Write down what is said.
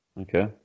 Okay